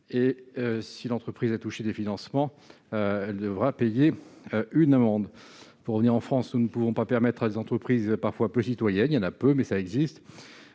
Si l'entreprise a touché des financements publics, elle devra payer une amende. Pour revenir en France, nous ne pouvons pas permettre à des entreprises peu citoyennes- il y en a peu, mais elles existent